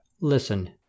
Listen